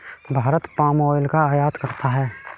Bharat palm oil का आयात करता है